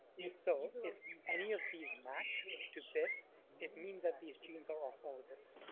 if so, if any of these match to this it means that these genes are orthologous.